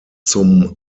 zum